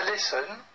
Listen